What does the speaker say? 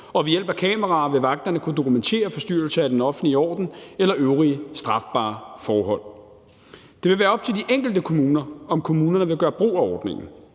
og ved hjælp af kameraerne vil vagterne kunne dokumentere forstyrrelse af den offentlige orden eller øvrige strafbare forhold. Det vil være op til de enkelte kommuner, om kommunerne vil gøre brug af ordningen.